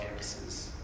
campuses